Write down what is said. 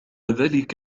ذلك